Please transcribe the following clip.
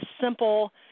simple